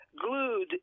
glued